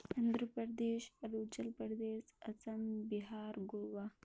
Andhra Pradesh Arunachal Pradesh Assam Bihar Goa